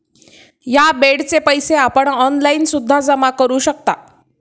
या बेडचे पैसे आपण ऑनलाईन सुद्धा जमा करू शकता